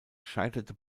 scheiterte